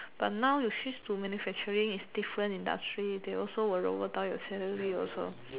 but now you change to manufacturing is different industry they also will lower down your salary also